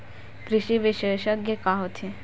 कृषि विशेषज्ञ का होथे?